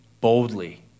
boldly